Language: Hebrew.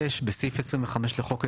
תיקון סעיף 25 6. בסעיף 25 לחוק היסוד,